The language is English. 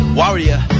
warrior